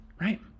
Right